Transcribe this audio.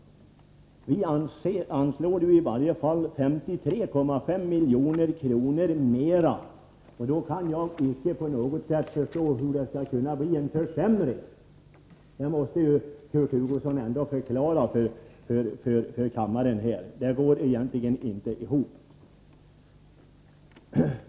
Vi anslår ju i varje fall 53,5 milj.kr. mer, och då kan jag inte på något sätt förstå hur det skall kunna bli en försämring. Det måste Kurt Hugosson förklara för kammarens ledamöter, detta går egentligen inte ihop.